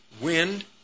wind